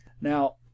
Now